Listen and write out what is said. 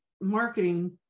marketing